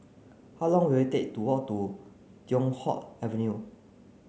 how long will it take to walk to Teow Hock Avenue